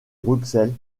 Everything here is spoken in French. bruxelles